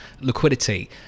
liquidity